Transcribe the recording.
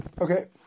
Okay